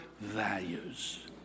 values